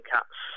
Cats